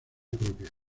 propia